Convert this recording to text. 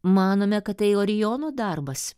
manome kad tai orijono darbas